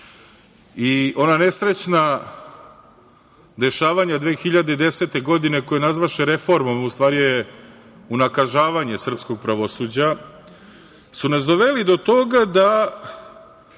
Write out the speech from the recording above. i ona nesrećna dešavanja 2010. godine, koju nazvaše reformom a u stvari je unakažavanje srpskog pravosuđa, su nas doveli do toga da